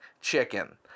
chicken